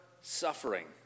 suffering